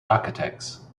architects